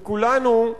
וכולנו,